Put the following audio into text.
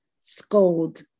scold